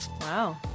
wow